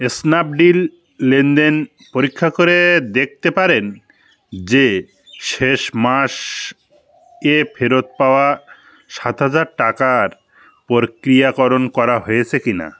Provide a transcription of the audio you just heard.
Snapdeal লেনদেন পরীক্ষা করে দেখতে পারেন যে শেষ মাস এ ফেরত পাওয়া সাত হাজার টাকার প্রক্রিয়াকরণ করা হয়েছে কিনা